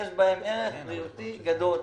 יש בהם ערך בריאותי גדול.